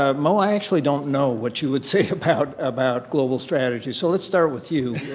ah moe, i actually don't know what you would say about about global strategies. so, let's start with you.